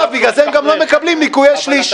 בגלל זה הם גם לא מקבלים ניכויי שליש -- אבל